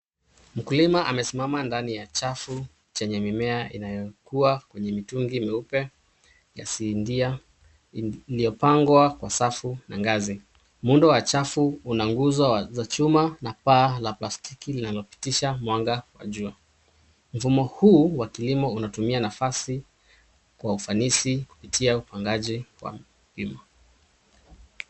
Mkulima amesimama ndani ya chafu chenye mimea inayokua kwenye mitungi meupe ya sindia iliyopangwa kwa safu na ngazi. Muundo wa chafu una nguzo za chafu na paa la plastiki linalopitisha mwanga wa jua. Mfumo huu wa kilimo unatumia nafasi kwa ufanisi kupatia upangaji wa kilimo.